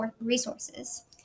resources